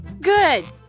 Good